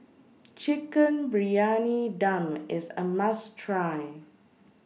Chicken Briyani Dum IS A must Try